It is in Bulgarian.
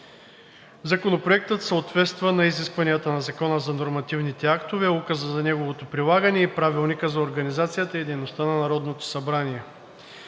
Законопроектът съответства на изискванията на Закона за нормативните актове, указа за неговото прилагане и Правилника за организацията и дейността на Народното събрание.